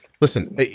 listen